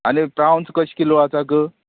आनी प्रावन्स कशें किलो आसा ग